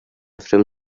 from